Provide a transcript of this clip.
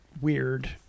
weird